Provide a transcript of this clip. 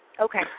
Okay